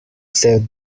ser